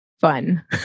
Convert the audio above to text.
fun